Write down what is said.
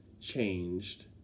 changed